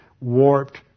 warped